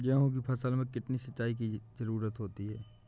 गेहूँ की फसल में कितनी सिंचाई की जरूरत होती है?